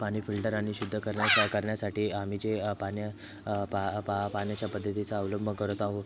पाणी फिल्टर आणि शुद्ध करण्या करण्यासाठी आम्ही जे पाणी पा पा पाण्याच्या पद्धतीचा अवलंब करत आहो